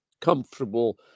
comfortable